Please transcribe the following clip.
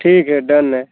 ठीक है डन है